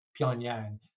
Pyongyang